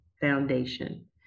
Foundation